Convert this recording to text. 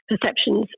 perceptions